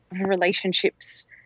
relationships